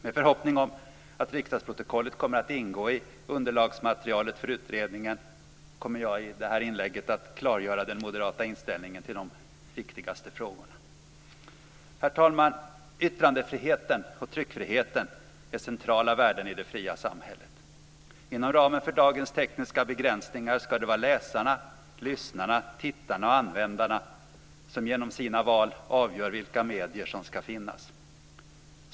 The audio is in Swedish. Med förhoppning om att riksdagsprotokollet kommer att ingå i underlagsmaterialet för utredningen kommer jag i mitt inlägg att klargöra den moderata inställningen till de viktigaste frågorna. Herr talman! Yttrandefriheten och tryckfriheten är centrala värden i det fria samhället. Inom ramen för dagens tekniska begränsningar ska det vara läsarna, lyssnarna, tittarna och användarna som genom sina val avgör vilka medier som ska finnas.